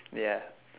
ya